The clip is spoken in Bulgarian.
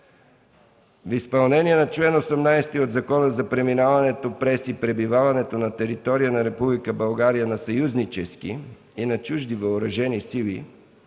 В изпълнение на чл. 18 от Закона за преминаването през и пребиваването на територията на Република България на съюзнически и на чужди въоръжени сили